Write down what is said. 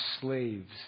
slaves